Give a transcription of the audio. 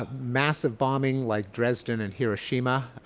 ah massive bombing like dresden and hiroshima.